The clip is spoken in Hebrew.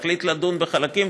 תחליט לדון בחלקים,